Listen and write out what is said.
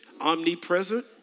omnipresent